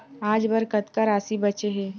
आज बर कतका राशि बचे हे?